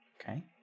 Okay